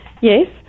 Yes